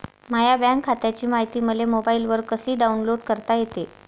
माह्या बँक खात्याची मायती मले मोबाईलवर कसी डाऊनलोड करता येते?